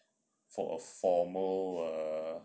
for a formal err